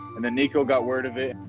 and then nico got word of it.